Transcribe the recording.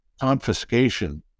confiscation